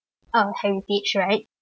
uh heritage right